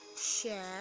share